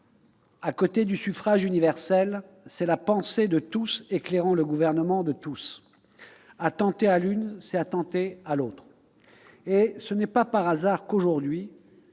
à côté du suffrage universel, c'est la pensée de tous éclairant le gouvernement de tous. Attenter à l'une, c'est attenter à l'autre. » Ce n'est pas un hasard si, aujourd'hui,